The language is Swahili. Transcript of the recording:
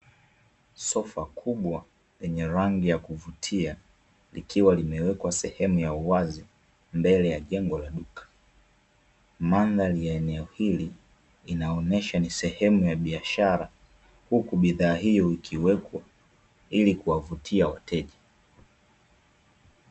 Sofa kubwa lenye rangi ya kuvutia likiwa limewekwa sehemu ya uwazi mbele ya jengo la duka, mandhari ya eneo hili inaonesha ni sehemu ya biashara huku bidhaa hiyo ikiwekwa ili kuwavutia wateja.